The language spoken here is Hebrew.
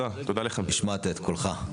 השמעת את קולך.